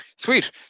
Sweet